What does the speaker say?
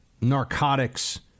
narcotics